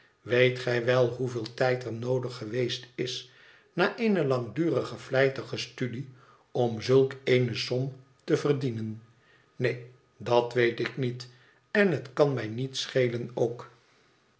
weet gij wel hoeveel tijd er noodig geweest is na eene langdurige vlijtige studie om zulk eene som te verdienen neen dat weet ik niet en het kan mij niet schelen ook